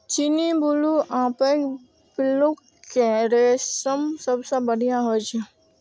चीनी, बुलू आ पैघ पिल्लू के रेशम सबसं बढ़िया होइ छै